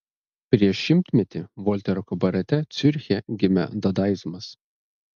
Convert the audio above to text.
prieš šimtmetį voltero kabarete ciuriche gimė dadaizmas